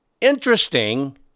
interesting